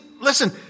listen